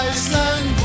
Iceland